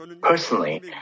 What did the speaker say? Personally